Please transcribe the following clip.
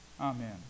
Amen